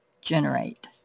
generate